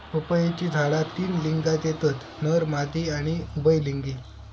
पपईची झाडा तीन लिंगात येतत नर, मादी आणि उभयलिंगी